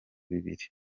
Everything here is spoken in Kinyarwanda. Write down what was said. bibiri